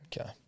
Okay